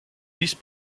vice